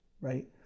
Right